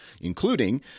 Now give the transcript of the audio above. including